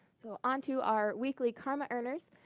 so on to our weekly karma earners.